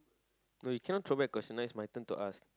no you cannot throw back question now it's my turn to ask